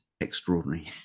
extraordinary